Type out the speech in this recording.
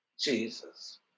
Jesus